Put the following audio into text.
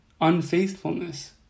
unfaithfulness